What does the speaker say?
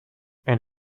and